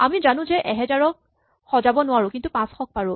আমি জানো যে আমি ১০০০ ক সজাব নোৱাৰো কিন্তু ৫০০ ক পাৰো